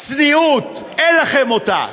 צניעות, אין לכם אותה.